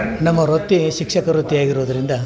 ನಮ್ಮ ವೃತ್ತಿ ಶಿಕ್ಷಕ ವೃತ್ತಿ ಆಗಿರೋದರಿಂದ